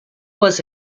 was